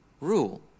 rule